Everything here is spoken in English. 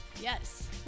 yes